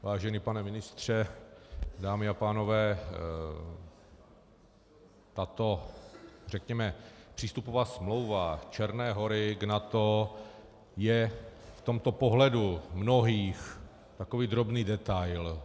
Vážený pane ministře, dámy a pánové, tato řekněme přístupová smlouva Černé Hory k NATO je v tomto pohledu mnohých takový drobný detail.